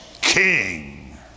king